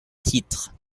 titre